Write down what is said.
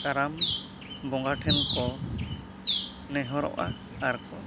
ᱠᱟᱨᱟᱢ ᱵᱚᱸᱜᱟ ᱴᱷᱮᱱ ᱠᱚ ᱱᱮᱦᱚᱨᱚᱜᱼᱟ ᱟᱨ ᱠᱚ